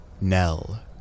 Nell